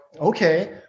okay